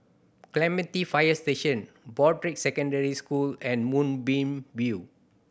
Clementi Fire Station Broadrick Secondary School and Moonbeam View